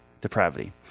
depravity